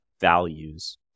values